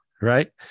Right